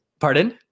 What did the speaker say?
Pardon